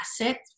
asset